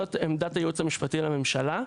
זאת עמדת הייעוץ המשפטי לממשלה.